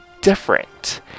different